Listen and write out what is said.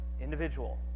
individual